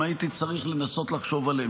אם הייתי צריך לנסות לחשוב עליהן,